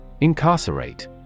Incarcerate